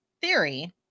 theory